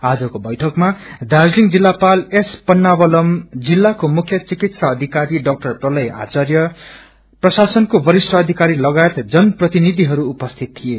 आजको बैठकमा दार्जीलिङ जिल्लापाल एस पनावलम जिल्लाको मुख्य चिकित्सा अधिकरी ड्रज्न प्रलय आर्चाय प्रशासनको वरिष्ठ अधिकारी लगायत जन प्रतिनिधिहरू उपसीत थिए